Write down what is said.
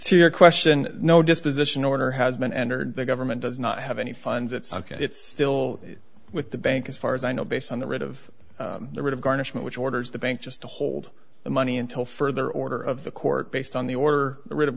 to your question no disposition order has been entered the government does not have any funds it's ok it's still with the bank as far as i know based on the rid of the writ of garnishment which orders the bank just to hold the money until further order of the court based on the order rid of